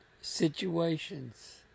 situations